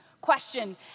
question